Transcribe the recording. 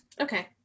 Okay